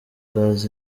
gaz